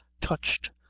touched